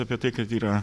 apie tai kad yra